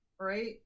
right